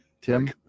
Tim